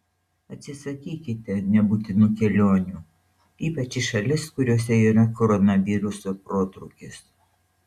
atsisakykite nebūtinų kelionių ypač į šalis kuriose yra koronaviruso protrūkis